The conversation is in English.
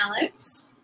Alex